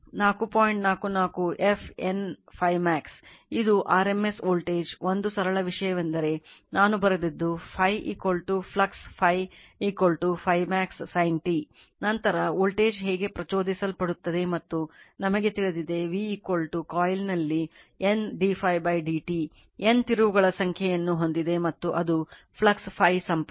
ಇದು RMS voltage ಒಂದು ಸರಳ ವಿಷಯವೆಂದರೆ ನಾನು ಬರೆದದ್ದು Φ ಫ್ಲಕ್ಸ್ Φ Φmax sin t ನಂತರ ವೋಲ್ಟೇಜ್ ಹೇಗೆ ಪ್ರಚೋದಿಸಲ್ಪಡುತ್ತದೆ ಮತ್ತು ನಮಗೆ ತಿಳಿದಿದೆ v ಕಾಯಿಲ್ನಲ್ಲಿ N dΦdt N ತಿರುವುಗಳ ಸಂಖ್ಯೆಯನ್ನು ಹೊಂದಿದೆ ಮತ್ತು ಅದು ಫ್ಲಕ್ಸ್ Φ ಸಂಪರ್ಕ